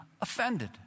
offended